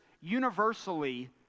universally